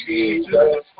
Jesus